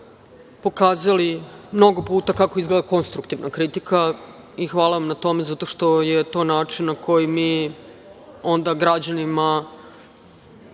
hvala vam na tome zato što je to način na koji mi onda građanima